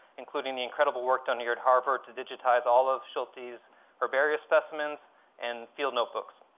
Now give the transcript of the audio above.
including the incredible work done here at harvard to digitize all of schultes herbarium specimens and field notebooks.